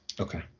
Okay